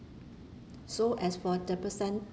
so as for the percentage